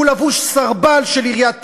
הוא לבוש סרבל של עיריית תל-אביב,